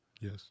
Yes